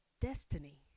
Destiny